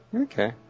Okay